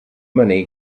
money